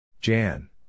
Jan